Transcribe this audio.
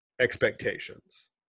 expectations